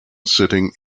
sitting